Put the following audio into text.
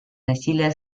насилие